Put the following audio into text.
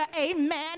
Amen